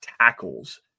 tackles